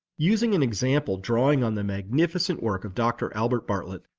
using an example drawing on the magnificent work of dr. albert bartlett,